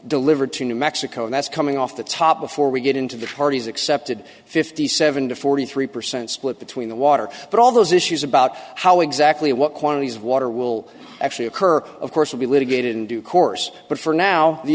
delivered to new mexico that's coming off the top before we get into the parties accepted fifty seven to forty three percent split between the water but all those issues about how exactly what quantities of water will actually occur of course will be litigated in due course but for now the